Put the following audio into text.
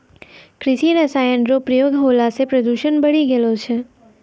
कृषि रसायन रो प्रयोग होला से प्रदूषण बढ़ी गेलो छै